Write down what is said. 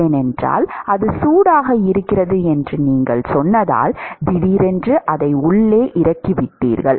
ஏனென்றால் அது சூடாக இருக்கிறது என்று நீங்கள் சொன்னதால் திடீரென்று அதை உள்ளே இறக்கிவிட்டீர்கள்